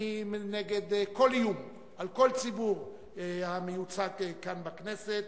אני נגד כל איום על כל ציבור המיוצג כאן בכנסת,